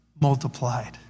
multiplied